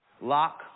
Lock